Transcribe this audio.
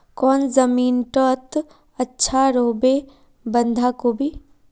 कौन जमीन टत अच्छा रोहबे बंधाकोबी?